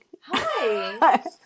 Hi